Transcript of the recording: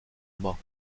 mât